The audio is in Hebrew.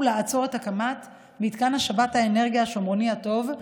לעצור את הקמת מתקן השבת האנרגיה "השומרוני הטוב",